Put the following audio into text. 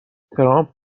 ترامپ